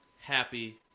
happy